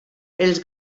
els